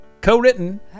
co-written